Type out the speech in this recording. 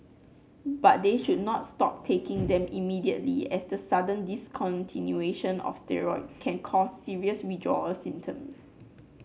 but they should not stop taking them immediately as the sudden discontinuation of steroids can cause serious withdrawal symptoms